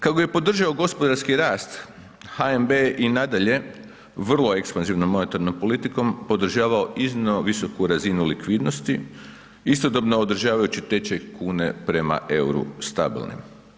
Kako bi podržao gospodarski rast, HNB je i nadalje vrlo ekspanzivno monetarnom politikom podržavao iznimno visoku razinu likvidnosti istodobno održavajući tečaj kune prema EUR-u stabilnim.